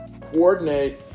coordinate